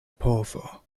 povo